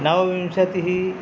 नवविंशतिः